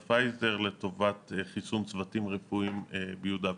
חברת פייזר לטובת חיסון צוותים רפואיים ביהודה ושומרון.